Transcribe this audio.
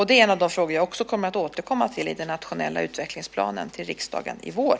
Det är en av de frågor jag också kommer att återkomma till i den nationella utvecklingsplanen till riksdagen i vår.